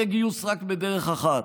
יהיה גיוס רק בדרך אחת,